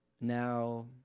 now